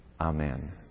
Amen